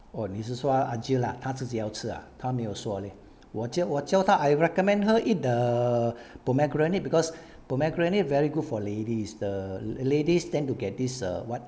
oh 你是说 a jill ah 他自己要吃啊他没有说 leh 我我教他 I recommend her eat the err pomegranate because pomegranate very good for ladies the ladies tend to get this what